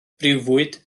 briwfwyd